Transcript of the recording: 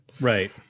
Right